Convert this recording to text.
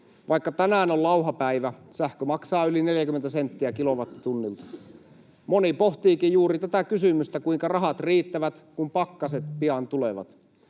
Vaikka tänään on lauha päivä, sähkö maksaa yli 40 senttiä kilowattitunnilta. Moni pohtiikin juuri tätä kysymystä, kuinka rahat riittävät, kun pakkaset pian tulevat.